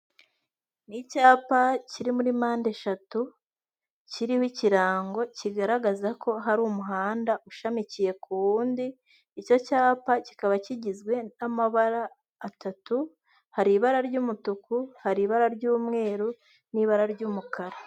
Ni icyapa kiri muri mpandeshatu, kiriho ikirango kigaragaza ko hari umuhanda ushamikiye ku wundi, icyo cyapa kikaba kigizwe n'amabara atatu, hari ibara ry'umutuku, hari ibara ry'umweru n'ibara ry'umukara.